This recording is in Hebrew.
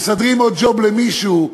מסדרים עוד ג'וב למישהו,